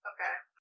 Okay